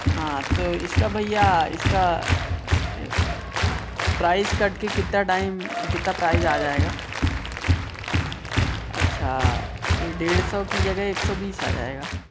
हाँ तो इसका भय्या इसका प्राइस कट के कितना टाइम कितना प्राइज़ आ जाएगा अच्छा ये डेढ़ सौ की जगह एक सौ बीस आ जाएगा